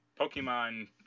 Pokemon